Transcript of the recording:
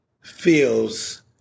feels